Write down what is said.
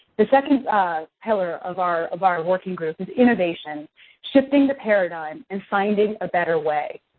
the second pillar of our of our working group is innovation shifting the paradigm, and finding a better way.